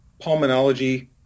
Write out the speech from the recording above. pulmonology